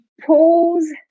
pause